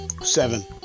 Seven